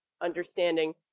understanding